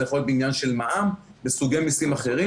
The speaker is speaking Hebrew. זה יכול להיות בעניין של מע"מ וסוגי מיסים אחרים